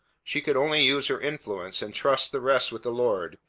she could only use her influence, and trust the rest with the lord.